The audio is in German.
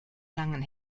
langen